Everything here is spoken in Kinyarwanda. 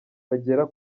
bagera